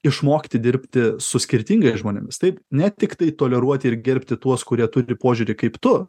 išmokti dirbti su skirtingais žmonėmis taip ne tiktai toleruoti ir gerbti tuos kurie turi požiūrį kaip tu